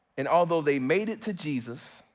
and although they made it to jesus,